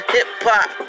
Hip-Hop